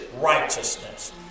righteousness